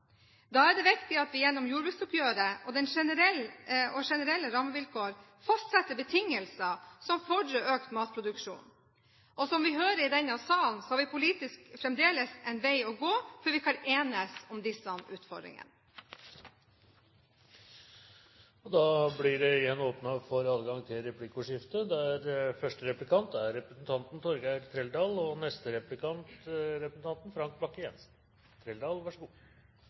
Da er det viktig at vi gjennom jordbruksoppgjøret og generelle rammevilkår fastsetter betingelser som fordrer økt matproduksjon. Og som vi hører i denne salen, har vi politisk fremdeles en vei å gå før vi kan enes om disse utfordringene. Det blir åpnet for replikkordskifte. Kyllingprodusentene har uttalt at de er